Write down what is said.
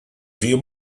few